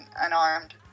unarmed